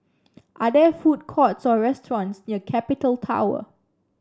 are there food courts or restaurants near Capital Tower